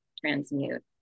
transmute